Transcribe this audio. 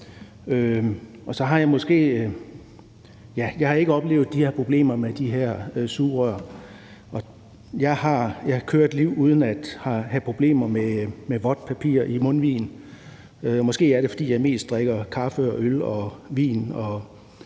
Jeg har ikke oplevet de problemer med de her sugerør. Jeg har et liv uden at have problemer med vådt papir i mundvigen – måske er det, fordi jeg mest drikker kaffe og øl og vin